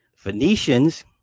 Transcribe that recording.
Venetians